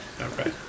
Okay